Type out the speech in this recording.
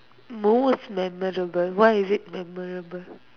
most memorable why is it memorable